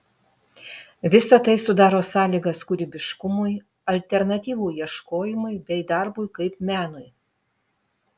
visa tai sudaro sąlygas kūrybiškumui alternatyvų ieškojimui bei darbui kaip menui